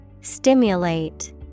Stimulate